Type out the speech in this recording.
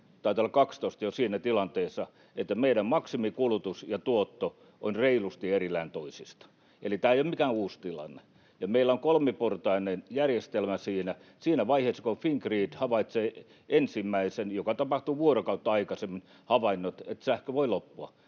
jo vuodesta 12 — siinä tilanteessa, että meidän maksimikulutus ja tuotto ovat reilusti erillään toisistaan, eli tämä ei ole mikään uusi tilanne. Meillä on kolmiportainen järjestelmä siinä. Siinä vaiheessa kun Fingrid havaitsee ensimmäiset havainnot, että sähkö voi loppua,